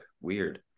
weird